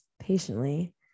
patiently